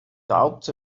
doubts